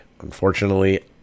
Unfortunately